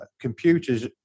Computers